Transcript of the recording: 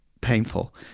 painful